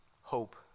hope